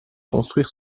construire